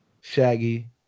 Shaggy